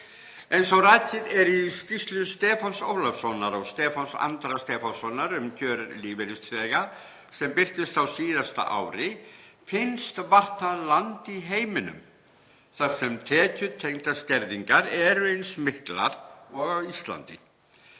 Eins og rakið er í skýrslu Stefáns Ólafssonar og Stefáns Andra Stefánssonar um kjör lífeyrisþega sem birtist á síðasta ári finnst vart það land í heiminum þar sem tekjutengdar skerðingar eru eins miklar og á Íslandi.